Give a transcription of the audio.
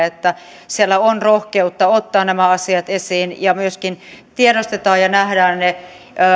että siellä on rohkeutta ottaa nämä asiat esiin ja myöskin tiedostetaan ja nähdään ne